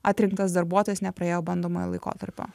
atrinktas darbuotojas nepraėjo bandomojo laikotarpio